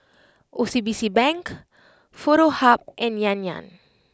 O C B C Bank Foto Hub and Yan Yan